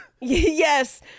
Yes